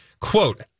quote